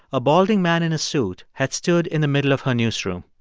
a balding man in a suit had stood in the middle of her newsroom.